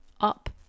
up